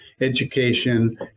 education